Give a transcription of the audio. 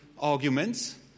arguments